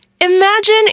Imagine